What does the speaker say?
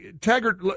Taggart